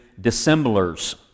dissemblers